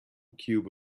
cube